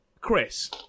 Chris